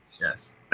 Yes